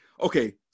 okay